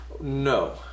No